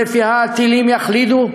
שלפיה הטילים יחלידו,